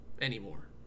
anymore